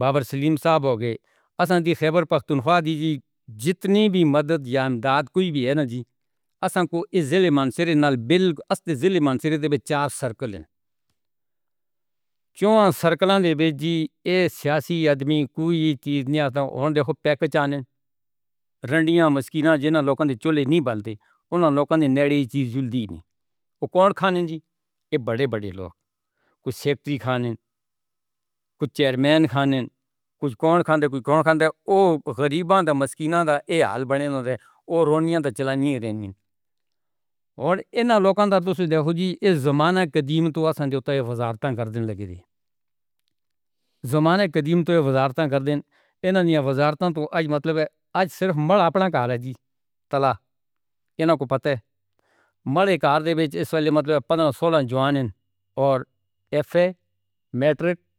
بابر سلیم صاحب ہو گئے۔ اصل وچ خیبر پختونخوا جی، جتنی وی مدد یا امداد کوئی ہے ناں جی، اصل وچ مانسروار نے بالکل اصل دل مان کر چار سرکل ہے۔ چار سرکل لے کے جی اے سیاسی۔ آدمی کوئی چیز نہیں۔ صاحب اونڈیا کو پیک چاہنے۔ انیا مستی نہ جناب۔ لوکھاند چولھے نہیں بنݗے۔ انہاں نے لوکاں نے نردھیتا جھلسی نہیں، کون کھانے جی وڈے وڈے لوک۔ کجھ شیخپوری کھانے کو چیئرمین کھانے کو کھانے کو کھانے کو غریباں مُسکورا ہے۔ ہلچل نہیں رہندی۔ ایں لوکاں۔ ݙیکھو جی زمانہ۔ قدیم تاں اساں وزیارتہ کر ݙینہہ لگے ہن۔ زمانہ قدیم توں وزیارتہ کر ݙینہہ اینا ݙتّا۔ وزیارتہ توں مطلب ہے آج صرف اپنا گھر ہے جی طلاق۔ ان کو پتہ ہے۔ مالکار دے وچ اینویں والے مطلب جوان تے ایسے۔